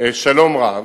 שלום רב.